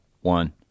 one